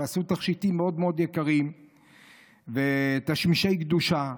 תכשיטים מאוד מאוד יקרים ותשמישי קדושה.